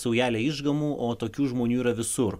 saujelė išgamų o tokių žmonių yra visur